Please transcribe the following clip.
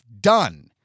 done